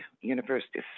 university